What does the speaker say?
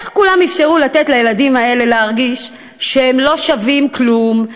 איך כולם אפשרו לתת לילדים האלה להרגיש שהם לא שווים כלום,